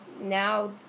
now